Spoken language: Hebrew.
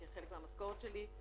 י"ז באייר תש"ף.